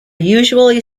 usually